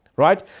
right